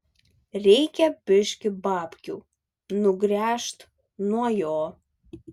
reikia biškį babkių nugręžt nuo jo